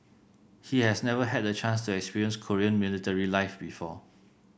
he has never had the chance to experience Korean military life before